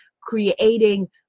creating